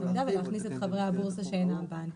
המידע ולהכניס את חברי הבורסה שאינם בנקים.